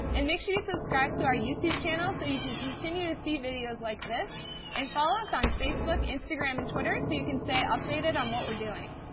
and make sure you subscribe to our youtube channel so you can continue to see videos like this and follow us on facebook, instagram, and twitter so you can stay updated on what we're doing.